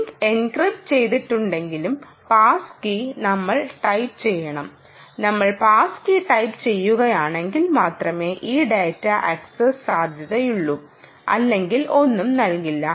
link encrypt ചെയ്തിട്ടുണ്ടെങ്കിലും pass key നമ്മൾ type ചെയ്യണം നമ്മൾ പാസ് കീ ടൈപ്പുചെയ്യുകയാണെങ്കിൽ മാത്രമേ ഈ ഡാറ്റ ആക്സസ് സാധ്യമാകൂ അല്ലെങ്കിൽ ഒന്നും നൽകില്ല